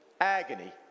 agony